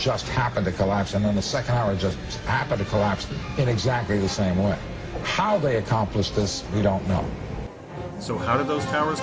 just happened to collapse and then the second hour just happened to collapse in exactly the same or how they accomplished this we don't know so how did those